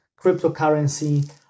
cryptocurrency